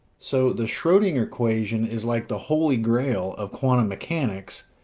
so the schrodinger equation is like the holy grail of quantum mechanics,